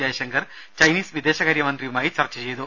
Jaishankar Chinese വിദേശകാര്യമന്ത്രിയുമായി ചർച്ച ചെയ്തു